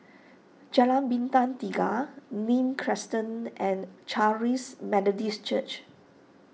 Jalan Bintang Tiga Nim Crescent and Charis Methodist Church